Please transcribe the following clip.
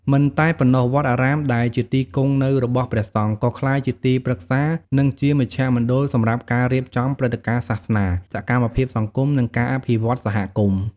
មិនតែប៉ុណ្ណោះ វត្តអារាមដែលជាទីគង់នៅរបស់ព្រះសង្ឃ ក៏ក្លាយជាទីប្រឹក្សា និងជាមជ្ឈមណ្ឌលសម្រាប់ការរៀបចំព្រឹត្តិការណ៍សាសនា សកម្មភាពសង្គម និងការអភិវឌ្ឍសហគមន៍។